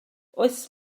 oes